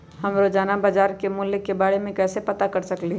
हम रोजाना बाजार के मूल्य के के बारे में कैसे पता कर सकली ह?